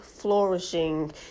flourishing